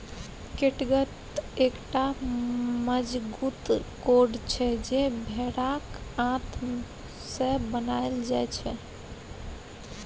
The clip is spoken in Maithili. कैटगत एकटा मजगूत कोर्ड छै जे भेराक आंत सँ बनाएल जाइ छै